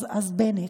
אז בנט,